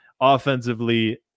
Offensively